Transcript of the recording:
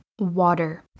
water